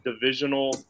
divisional